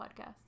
podcast